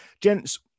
Gents